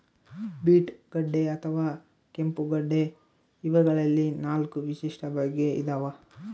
beet ಗಡ್ಡೆ ಅಥವಾ ಕೆಂಪುಗಡ್ಡೆ ಇವಗಳಲ್ಲಿ ನಾಲ್ಕು ವಿಶಿಷ್ಟ ಬಗೆ ಇದಾವ